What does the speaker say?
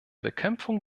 bekämpfung